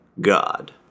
God